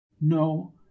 No